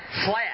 flat